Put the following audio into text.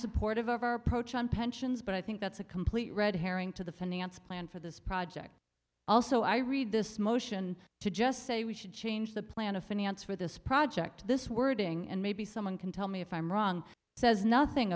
supportive of our approach on pensions but i think that's a complete red herring to the finance plan for this project also i read this motion to just say we should change the plan of finance for this project this wording and maybe someone can tell me if i'm wrong says nothing